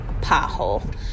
pothole